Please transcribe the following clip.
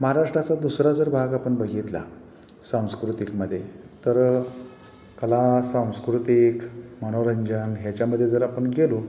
महाराष्ट्राचा दुसरा जर भाग आपण बघितला सांस्कृतिकमध्ये तर कला सांस्कृतिक मनोरंजन ह्याच्यामध्ये जर आपण गेलो